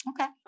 Okay